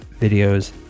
videos